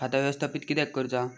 खाता व्यवस्थापित किद्यक करुचा?